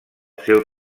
seu